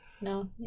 No